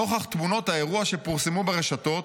נוכח תמונות האירוע שפורסמו ברשתות,